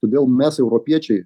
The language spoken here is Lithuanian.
todėl mes europiečiai